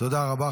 תודה רבה.